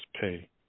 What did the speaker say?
pay